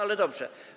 Ale dobrze.